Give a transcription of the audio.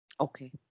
Okay